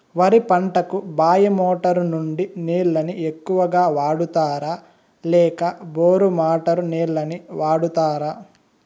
వరి పంటకు బాయి మోటారు నుండి నీళ్ళని ఎక్కువగా వాడుతారా లేక బోరు మోటారు నీళ్ళని వాడుతారా?